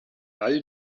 all